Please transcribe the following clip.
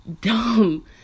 dumb